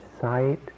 sight